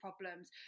problems